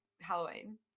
Halloween